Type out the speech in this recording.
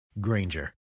Granger